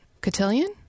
cotillion